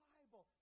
Bible